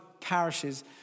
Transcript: parishes